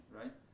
right